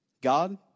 God